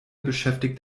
beschäftigt